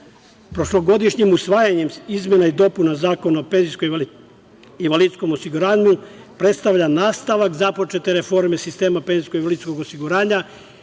prošlogodišnjim usvajanjem izmena i dopuna Zakona o penzijsko i invalidskom osiguranju predstavlja nastavak započete reforme sistema penzijsko-invalidskog osiguranja